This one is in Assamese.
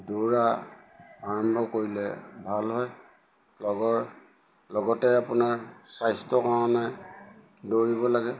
দৌৰা আৰম্ভ কৰিলে ভাল হয় লগৰ লগতে আপোনাৰ স্বাস্থ্য কাৰণে দৌৰিব লাগে